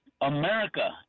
America